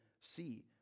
see